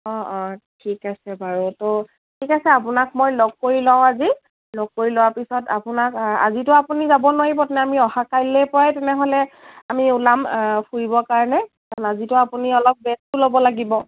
অঁ অঁ ঠিক আছে বাৰু ত' ঠিক আছে আপোনাক মই লগ কৰি লওঁ আজি লগ কৰি লোৱাৰ পিছত আপোনাক আজিতো আপুনি যাব নোৱাৰিব তেনে আমি অহা কাইলেই পৰা তেনেহ'লে আমি ওলাম ফুৰিবৰ কাৰণে কাৰণ আজিতো আপুনি অলপ ৰেষ্টো ল'ব লাগিব